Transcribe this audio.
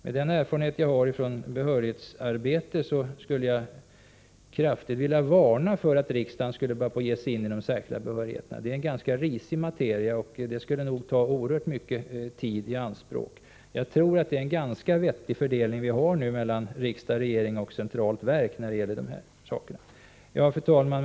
Med den erfarenhet som jag har från behörighetsarbete skulle jag vilja kraftigt varna riksdagen för att ge sig in på detta. De särskilda behörigheterna är en ganska risig materia, och det skulle nog ta oerhört mycket tid i anspråk. Jag tror att det är en ganska vettig fördelning vi har nu mellan riksdag, regering och centralt verk när det gäller de här sakerna. Herr talman!